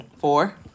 Four